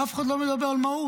אף אחד לא מדבר על מהות.